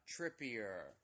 Trippier